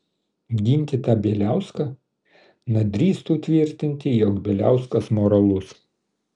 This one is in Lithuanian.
ginti tą bieliauską na drįstų tvirtinti jog bieliauskas moralus